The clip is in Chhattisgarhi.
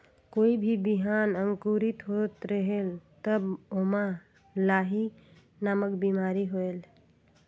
कोई भी बिहान अंकुरित होत रेहेल तब ओमा लाही नामक बिमारी होयल?